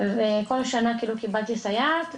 וכל שנה כאילו קיבלתי סייעת.